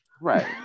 right